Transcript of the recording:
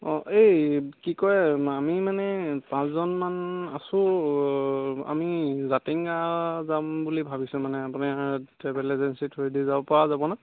অঁ এই কি কয় আমি মানে পাঁচজনমান আছোঁ আমি জাতিংগা যাম বুলি ভাবিছোঁ মানে আপোনাৰ ট্ৰেভেল এজেঞ্চি থ্ৰুয়েদি যাব পৰা যাবনে